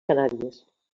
canàries